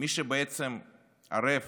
מי שבעצם ערב